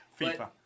FIFA